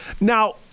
Now